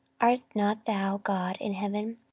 art not thou god in heaven?